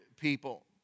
people